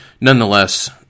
Nonetheless